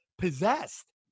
possessed